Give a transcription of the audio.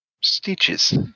stitches